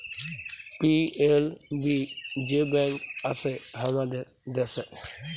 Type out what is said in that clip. PLB যে bank আসে হামাদের দ্যাশে